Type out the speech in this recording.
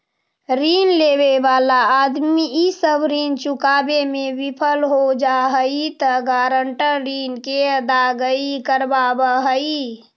ऋण लेवे वाला आदमी इ सब ऋण चुकावे में विफल हो जा हई त गारंटर ऋण के अदायगी करवावऽ हई